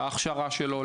להכשרה שלו,